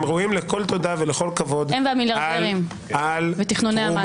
הם והמיליארדרים ותכנוני המס.